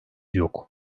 yok